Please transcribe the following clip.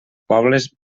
pobles